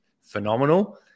phenomenal